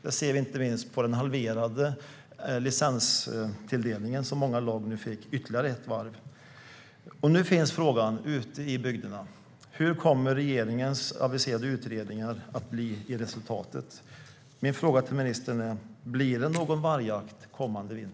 Det ser vi inte minst på den halverade licenstilldelningen som många av lagen har fått. Nu ställs frågan ute i bygderna: Vilket resultat kommer regeringens aviserade utredningar att få? Blir det någon vargjakt kommande vinter?